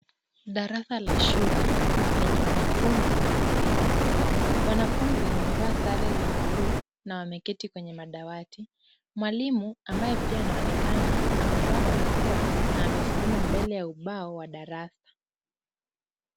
Darasa la shule lenye wanafunzi na mwalimu. Wanafunzi wamevaa sare za bluu na wameketi kwenye madawati, mwalimu ambaye pia anaonekana amevaa barakoa na amesimama mbele ya ubao wa darasa.